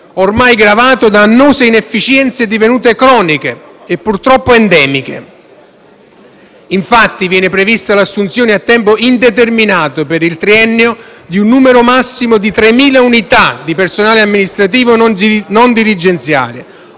ormai gravato da annose inefficienze divenute croniche e purtroppo endemiche. Viene prevista l'assunzione a tempo indeterminato per il triennio di un numero massimo di 3.000 unità di personale amministrativo non dirigenziale,